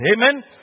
Amen